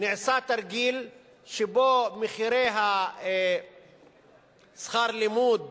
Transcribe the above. נעשה תרגיל שבו מחירי שכר הלימוד